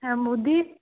ଆଉ ମୁଦି